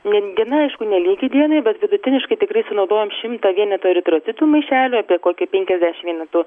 ne diena aišku nelygi dienai bet vidutiniškai tikrai sunaudojam šimtą vienetų eritrocitų maišelių apie kokį penkiasdešimt vienetų